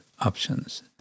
options